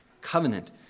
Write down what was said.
covenant